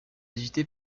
agitée